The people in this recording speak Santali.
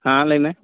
ᱦᱮᱸ ᱞᱟᱹᱭᱢᱮ